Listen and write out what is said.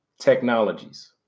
technologies